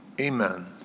amen